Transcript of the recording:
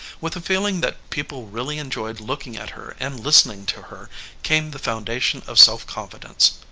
with the feeling that people really enjoyed looking at her and listening to her came the foundation of self-confidence.